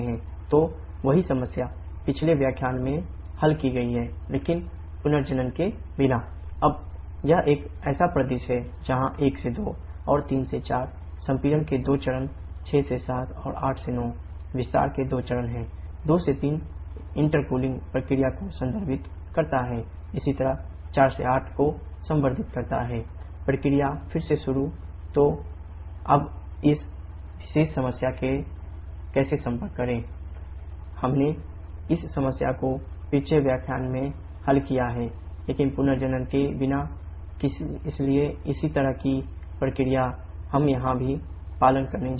तो वही समस्या पिछले व्याख्यान में हल की गई है लेकिन पुनर्जनन के बिना इसलिए इसी तरह की प्रक्रिया हम यहां भी पालन करने जा रहे हैं